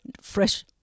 fresh